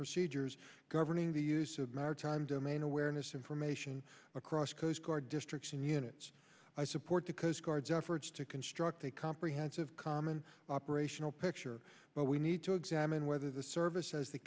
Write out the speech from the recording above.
procedures governing the use of maritime domain awareness information across coast guard districts and units i support the coast guard's efforts to construct a comprehensive common operational picture but we need to examine whether the service has the